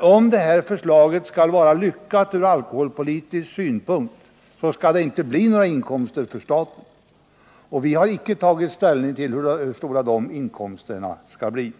Om förslaget skall vara lyckat ur alkoholpolitisk synpunkt, skall det inte bli några inkomstökningar för staten. Och vi har i utskottet icke tagit ställning till hur stora inkomsterna skall bli.